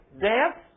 death